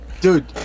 Dude